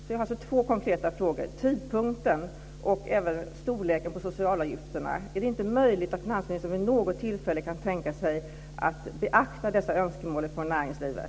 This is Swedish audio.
Jag har alltså två konkreta frågor om tidpunkten för betalningen och även storleken på socialavgifterna. Är det inte möjligt att finansministern vid något tillfälle kan tänka sig att beakta dessa önskemål från näringslivet?